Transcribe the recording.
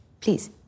Please